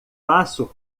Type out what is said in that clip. passo